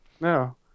no